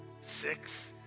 Six